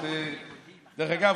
דרך אגב,